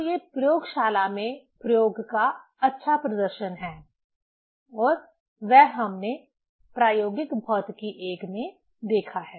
तो ये प्रयोगशाला में प्रयोग का अच्छा प्रदर्शन हैं और वह हमने प्रायोगिक भौतिकी I में देखा है